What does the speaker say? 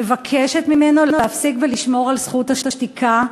ומבקשת ממנו להפסיק לשמור על זכות השתיקה.